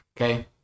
okay